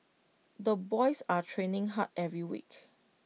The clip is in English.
the boys are training hard every week